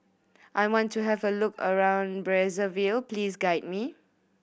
I want to have a look around Brazzaville please guide me